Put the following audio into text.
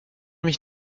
mich